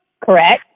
Correct